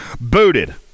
Booted